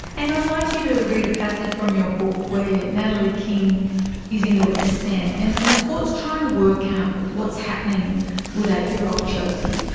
and i'd like you to read a passage from your book where natalie king is in the witness stand, and and the court is trying to work out what's happening with eight year old chelsea.